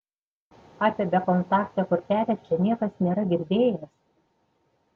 apie bekontaktę kortelę čia niekas nėra girdėjęs